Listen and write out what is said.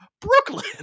brooklyn